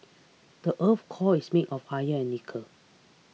the earth's core is made of iron and nickel